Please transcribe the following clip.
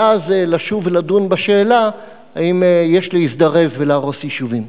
ואז לשוב ולדון בשאלה אם יש להזדרז ולהרוס יישובים.